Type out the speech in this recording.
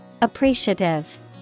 Appreciative